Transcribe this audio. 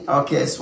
okay